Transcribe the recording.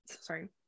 sorry